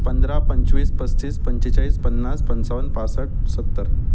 पंधरा पंचवीस पस्तीस पंचेचाळीस पन्नास पंचावन्न पासष्ट सत्तर